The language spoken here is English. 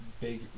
Big